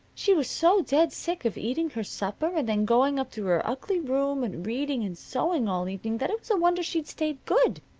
she was so dead sick of eating her supper and then going up to her ugly room and reading and sewing all evening that it was a wonder she'd stayed good.